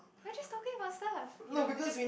we are just talking about stuff you know just